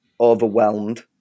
overwhelmed